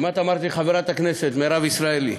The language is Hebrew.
כמעט אמרתי "חברת הכנסת" מירב ישראלי,